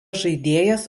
žaidėjas